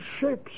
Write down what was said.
shapes